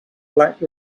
black